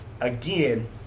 again